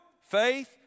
faith